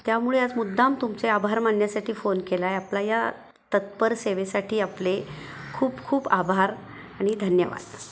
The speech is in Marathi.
त्यामुळे आज मुद्दाम तुमचे आभार मानण्यासाठी फोन केला आहे आपला या तत्पर सेवेसाठी आपले खूप खूप आभार आणि धन्यवाद